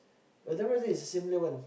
I don't know whether it's a similar one